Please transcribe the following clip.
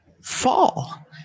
fall